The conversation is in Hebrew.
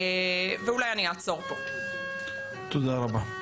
תודה רבה.